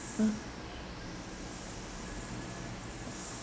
uh